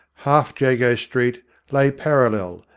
half jago street lay parallel,